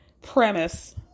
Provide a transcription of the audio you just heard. premise